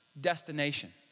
destination